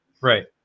right